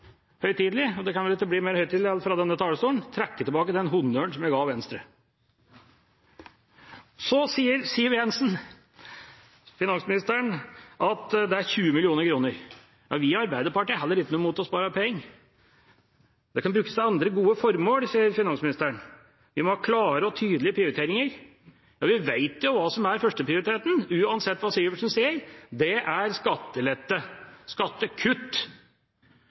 ga Venstre. Siv Jensen, finansministeren, sier at en sparer 20 mill. kr. Heller ikke vi i Arbeiderpartiet har noe imot å spare penger. De kan brukes til andre gode formål – sier finansministeren – vi må ha klare og tydelige prioriteringer. Vi vet hva som har førsteprioritet, uansett hva Syversen sier. Det er skattelette – skattekutt.